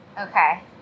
Okay